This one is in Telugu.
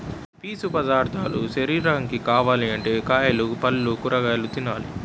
పీసు పదార్ధాలు శరీరానికి కావాలంటే కాయలు, పల్లు, ఆకుకూరలు తినాలి